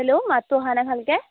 hello মাতটো অহা নাই ভালকে